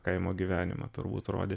kaimo gyvenimą turbūt rodyt